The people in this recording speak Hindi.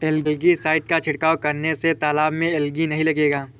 एलगी साइड का छिड़काव करने से तालाब में एलगी नहीं लगेगा